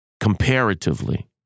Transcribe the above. comparatively